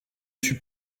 suis